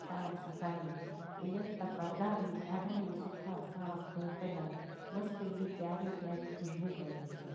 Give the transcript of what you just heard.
साफ़ सफ़ाई ईवन त परदा बि ॾाढा ई सुठा साफ़ धोपियल मस्तु अहिड़ी प्यारी प्यारी ख़ुशबू पई अचे